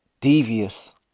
devious